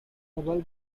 double